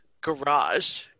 garage